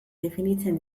definitzen